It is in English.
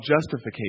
justification